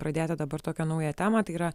pradėti dabar tokią naują temą tai yra